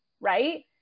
right